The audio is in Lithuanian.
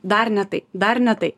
dar ne tai dar ne tai